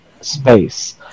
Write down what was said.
space